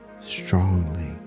strongly